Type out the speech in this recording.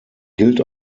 gilt